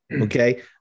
Okay